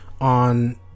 on